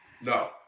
No